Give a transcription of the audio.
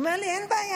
הוא אומר לי: אין בעיה,